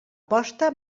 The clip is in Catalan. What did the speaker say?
posta